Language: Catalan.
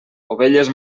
ovelles